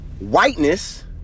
whiteness